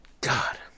God